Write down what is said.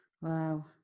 Wow